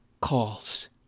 calls